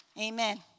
amen